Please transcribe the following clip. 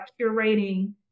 curating